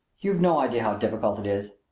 you've no idea how difficult it is!